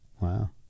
Wow